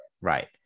Right